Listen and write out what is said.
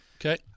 Okay